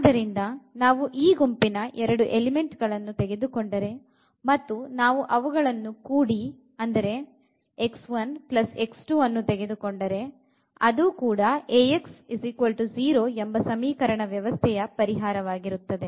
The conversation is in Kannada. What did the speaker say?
ಆದ್ದರಿಂದ ನಾವು ಈ ಗುಂಪಿನ ಎರಡು ಅಂಶಗಳನ್ನು ತೆಗೆದುಕೊಂಡರೆ ಮತ್ತು ನಾವು ಅವುಗಳನ್ನು ಕೂಡಿ ಅದನ್ನು ಅಂದರೆ ಅನ್ನು ತೆಗೆದುಕೊಂಡರೆ ಅದು ಕೂಡ Ax0 ಎಂಬ ಸಮೀಕರಣ ವ್ಯವಸ್ಥೆಯ ಪರಿಹಾರ ಆಗಿರುತ್ತದೆ